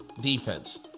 defense